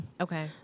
Okay